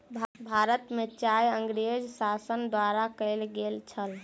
भारत में चाय अँगरेज़ शासन द्वारा कयल गेल छल